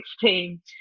team